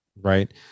right